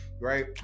right